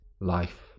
life